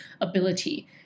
ability